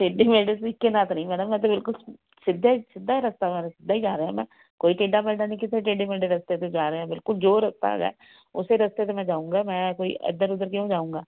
ਟੇਡੇ ਮੇਡੇ ਤਰੀਕੇ ਨਾਲ ਤਾਂ ਨਹੀਂ ਮੈਡਮ ਮੈਂ ਤਾਂ ਬਿਲਕੁਲ ਸਿੱਧੇ ਸਿੱਧਾ ਰਸਤਾ ਵਾ ਮੈਂ ਤਾਂ ਸਿੱਧਾ ਹੀ ਜਾ ਰਿਹਾ ਮੈਂ ਕੋਈ ਟੇਡਾ ਮੇਡਾ ਨਹੀਂ ਕਿੱਥੇ ਟੇਡੇ ਮੇਡੇ ਰਸਤੇ 'ਤੇ ਜਾ ਰਿਹਾ ਬਿਲਕੁਲ ਜੋ ਰਸਤਾ ਹੈਗਾ ਉਸੇ ਰਸਤੇ 'ਤੇ ਮੈਂ ਜਾਊਂਗਾ ਮੈਂ ਕੋਈ ਇੱਧਰ ਉੱਧਰ ਕਿਉਂ ਜਾਊਂਗਾ